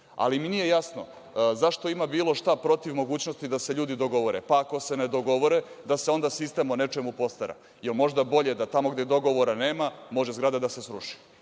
ali mi nije jasno zašto ima bilo šta protiv mogućnosti da se ljudi dogovore, pa ako se ne dogovore, da se onda sistem o nečemu postara. Jel možda bolje da tamo gde dogovora nema, može zgrada da se sruši?